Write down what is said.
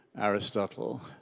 Aristotle